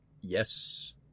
Yes